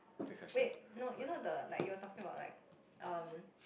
wait no you know the like you are talking about like um